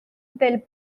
del